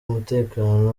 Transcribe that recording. umutekano